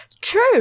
true